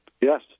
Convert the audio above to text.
Yes